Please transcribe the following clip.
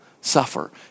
suffer